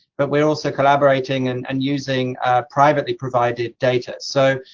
but we're also collaborating and and using privately provided data. so,